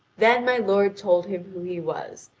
then my lord told him who he was,